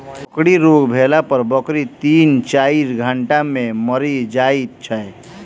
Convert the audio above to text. फड़की रोग भेला पर बकरी तीन चाइर घंटा मे मरि जाइत छै